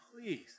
please